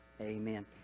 Amen